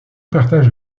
partage